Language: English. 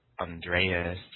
Andreas